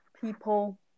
people